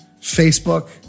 Facebook